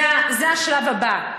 זה השלב הבא.